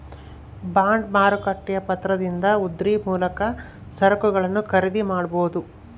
bond ಮಾರುಕಟ್ಟೆಯ ಪತ್ರದಿಂದ ಉದ್ರಿ ಮೂಲಕ ಸರಕುಗಳನ್ನು ಖರೀದಿ ಮಾಡಬೊದು